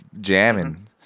jamming